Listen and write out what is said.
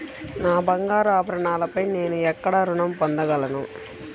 నా బంగారు ఆభరణాలపై నేను ఎక్కడ రుణం పొందగలను?